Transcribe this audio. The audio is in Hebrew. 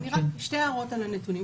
שתי הערות על הנתונים.